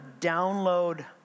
download